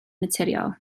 naturiol